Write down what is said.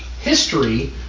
history